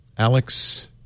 Alex